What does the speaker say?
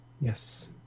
Yes